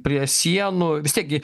prie sienų vis tiek gi